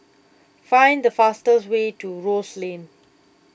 find the fastest way to Rose Lane